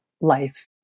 life